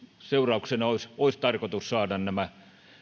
seurauksena olisi olisi tarkoitus saada nämä